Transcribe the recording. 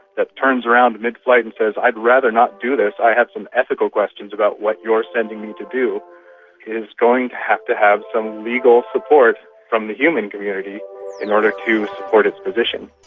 that turns around midflight and says, i'd rather not do this, i have some ethical questions about what you are sending me to do is going to have to have some legal support from the human community in order to support its position.